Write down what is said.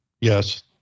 Yes